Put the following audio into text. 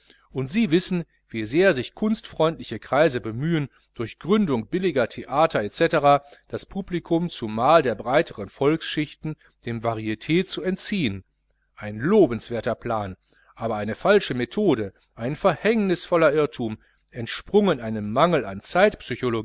und sie wissen wie sehr sich kunstfreundliche kreise bemühen durch gründung billiger theater c das publikum zumal der breiteren volksschichten dem varit zu entziehen ein lobenswerter plan aber eine falsche methode ein verhängnisvoller irrtum entsprungen einem mangel an